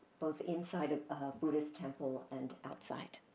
both inside of the buddhist temple and outside.